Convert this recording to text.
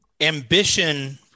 ambition